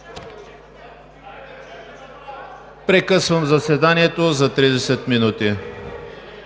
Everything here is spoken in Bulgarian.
Прекъсвам заседанието за 30 минути.